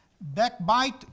backbite